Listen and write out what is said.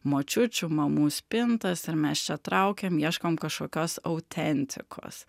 močiučių mamų spintos ir mes čia traukiam ieškom kažkokios autentikos